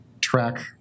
track